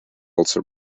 also